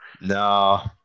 No